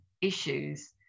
issues